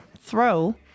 throw